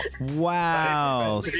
Wow